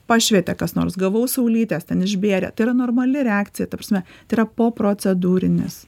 pašvietė kas nors gavau saulytės ten išbėrė tai yra normali reakcija ta prasme tai yra poprocedūrinis